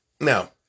Now